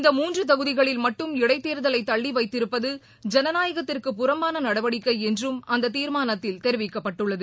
இந்த மூன்று தொகுதிகளில் மட்டும் இடைத்தேர்தலை தள்ளிவைத்திருப்பது ஜனநாயகத்திற்கு புறம்பான நடவடிக்கை என்றும் அந்த தீர்மானத்தில் தெரிவிக்கப்பட்டுள்ளது